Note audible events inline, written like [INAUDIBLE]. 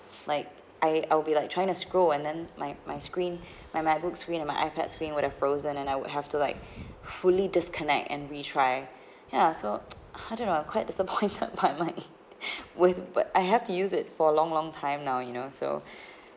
like I I will be like trying to scroll and then my my screen [BREATH] my macbook screen and my I_pad screen would have frozen and I would have to like [BREATH] fully disconnect and retry [BREATH] ya so [NOISE] I don't know quite disappointed by my [LAUGHS] with but I have to use it for a long long time now you know so [BREATH]